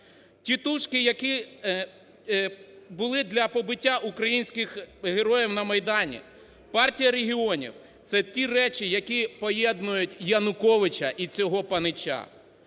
Тітушки, які були для побиття українських героїв на Майдані, Партія регіонів – це ті речі, які поєднують Януковича і цього панича.